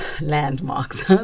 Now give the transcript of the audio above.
landmarks